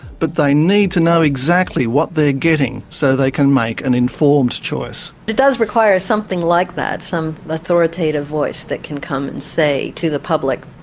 but they need to know exactly what they're getting so they can make an informed choice. it does require something like that, some authoritative voice that can come and say to the public,